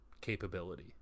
capability